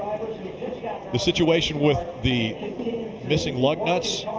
yeah the situation with the missing lug nut?